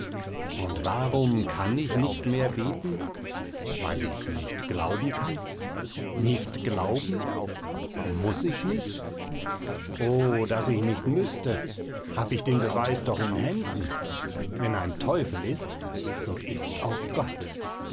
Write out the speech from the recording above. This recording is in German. und warum kann ich nicht mehr beten weil ich nicht glauben kann nicht glauben muß ich nicht o daß ich nicht müste hab ich den beweis doch in händen wenn ein teufel ist so ist auch gott